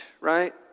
right